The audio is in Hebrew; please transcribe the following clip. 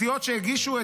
הסיעות שיגישו,